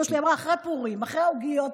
אחרי העוגיות,